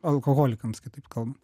alkoholikams kitaip kalban